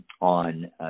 on